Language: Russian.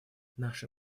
наше